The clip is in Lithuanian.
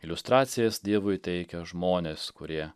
iliustracijas dievui teikia žmonės kurie